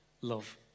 love